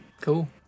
cool